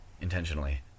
Intentionally